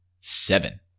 Seven